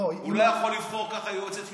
לא, הוא לא יכול ככה לבחור יועצת משפטית,